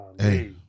Hey